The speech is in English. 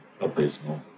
abysmal